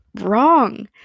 wrong